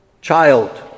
child